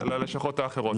ללשכות האחרות.